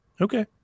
okay